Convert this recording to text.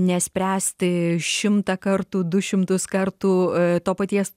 nespręsti šimtą kartų du šimtus kartų to paties